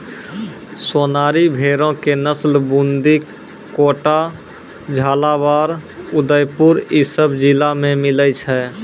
सोनारी भेड़ो के नस्ल बूंदी, कोटा, झालाबाड़, उदयपुर इ सभ जिला मे मिलै छै